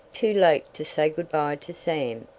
too late to say good-bye to sam,